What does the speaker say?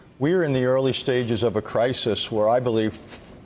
we're in the early stages of a crisis where, i believe,